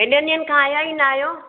एॾनि ॾींहंनि खां आहिया ई न आहियो